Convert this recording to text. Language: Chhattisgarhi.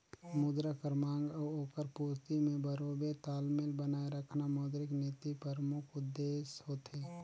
मुद्रा कर मांग अउ ओकर पूरती में बरोबेर तालमेल बनाए रखना मौद्रिक नीति परमुख उद्देस होथे